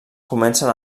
comencen